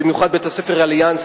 במיוחד בית-הספר "אליאנס",